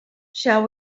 shall